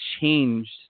changed